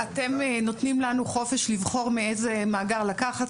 אתם נותנים לנו חופש לבחור מאיזה מאגר לקחת,